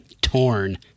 torn